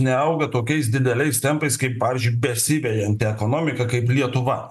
neauga tokiais dideliais tempais kaip pavyzdžiui besivejanti ekonomika kaip lietuva